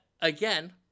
again